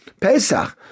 Pesach